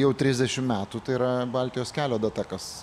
jau trisdešim metų tai yra baltijos kelio data kas